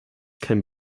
can